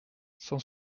cent